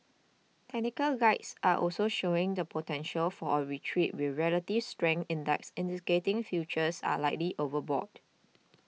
technical guides are also showing the potential for a retreat with relative strength index indicating futures are likely overbought